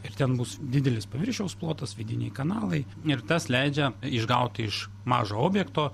ir ten bus didelis paviršiaus plotas vidiniai kanalai ir tas leidžia išgauti iš mažo objekto